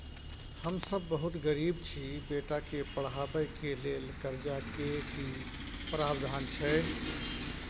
हम सब बहुत गरीब छी, बेटा के पढाबै के लेल कर्जा के की प्रावधान छै?